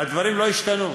הדברים לא השתנו.